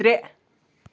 ترٛےٚ